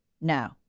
No